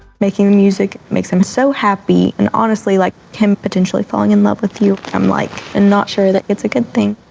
making music makes him so happy and honestly like him potentially falling in love with you, i'm like and not sure that it's a good thing.